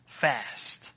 fast